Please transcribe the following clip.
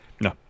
No